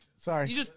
sorry